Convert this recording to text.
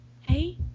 Hey